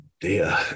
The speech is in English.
dear